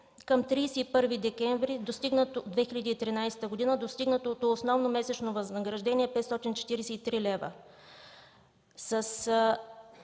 към 31 декември 2013 г. достигнатото основно месечно възнаграждение е 543 лв.